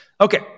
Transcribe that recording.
Okay